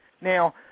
now